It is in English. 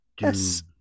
yes